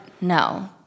no